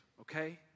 okay